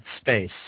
space